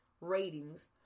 ratings